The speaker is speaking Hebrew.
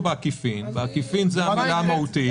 בעקיפין" "בעקיפין" היא המילה המהותית.